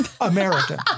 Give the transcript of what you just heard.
American